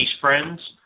friends